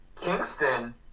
Kingston